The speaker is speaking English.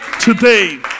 today